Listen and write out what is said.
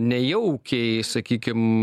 nejaukiai sakykim